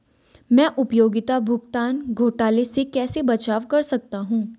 मैं उपयोगिता भुगतान घोटालों से कैसे बचाव कर सकता हूँ?